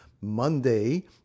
Monday